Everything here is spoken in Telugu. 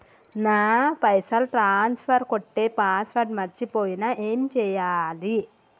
నా పైసల్ ట్రాన్స్ఫర్ కొట్టే పాస్వర్డ్ మర్చిపోయిన ఏం చేయాలి?